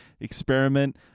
Experiment